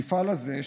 המפעל הזה,